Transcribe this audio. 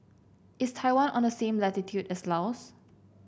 is Taiwan on the same latitude as Laos